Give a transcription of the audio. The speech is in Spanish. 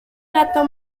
gato